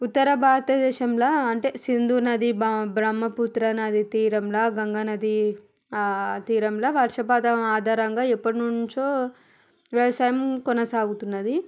ఉత్తర భారతదేశంలో అంటే సింధు నది బ బ్రహ్మపుత్రా నది తీరంలో గంగా నది తీరంలో వర్షపాతం ఆధారంగా ఎప్పటినుంచో వ్యవసాయం కొనసాగుతున్నది